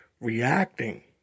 reacting